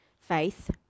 faith